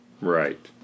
Right